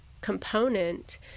component